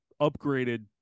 upgraded